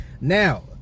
Now